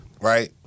right